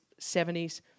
70s